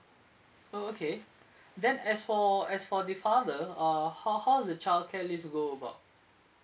oh okay then as for as for the father ah how how's the childcare leave go about